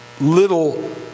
little